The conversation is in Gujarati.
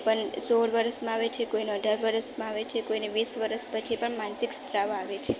પન સોળ વરસમાં આવે છે કે કોઈને અઢાર વરસમાં આવે છે કે કોઈને વીસ વરસ પછી પણ માનસિક સ્ત્રાવ આવે છે